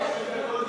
עשר דקות.